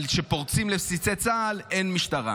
אבל כשפורצים לבסיסי צה"ל, אין משטרה.